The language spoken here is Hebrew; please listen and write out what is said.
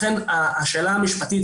לכן השאלה המשפטית,